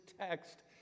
text